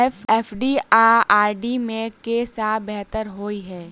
FD आ RD मे केँ सा बेहतर होइ है?